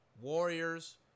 Warriors